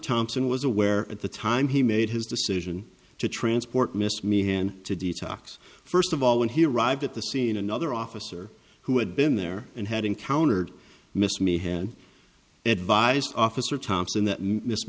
thompson was aware at the time he made his decision to transport missed me hand to detox first of all when he arrived at the scene another officer who had been there and had encountered miss me hand advised officer